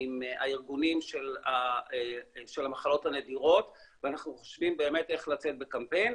הארגונים של המחלות הנדירות ואנחנו חושבים באמת איך לצאת בקמפיין,